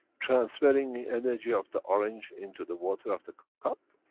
transferring the energy of the orange into the water of the cup?